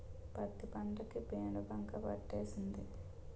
పత్తి పంట కి పేనుబంక పట్టేసింది